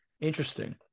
Interesting